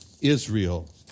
Israel